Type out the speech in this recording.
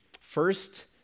First